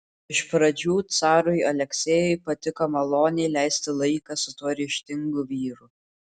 iš pradžių carui aleksejui patiko maloniai leisti laiką su tuo ryžtingu vyru